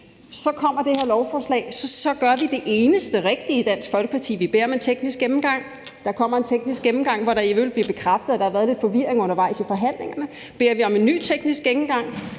Så kommer det her lovforslag, og så gør vi det eneste rigtige i Dansk Folkeparti: Vi beder om en teknisk gennemgang. Der kommer en teknisk gennemgang, hvor der i øvrigt bliver bekræftet, at der har været lidt forvirring undervejs i forhandlingerne. Så beder vi om en ny teknisk gennemgang,